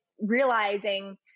realizing